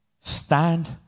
stand